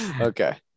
okay